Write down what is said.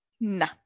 Nah